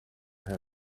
have